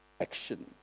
action